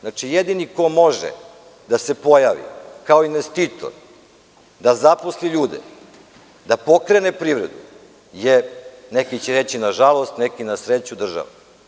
Znači, jedini ko može da se pojavi kao investitor, da zaposli ljude, da pokrene privredu je, neki će reći nažalost, neki na sreću, država.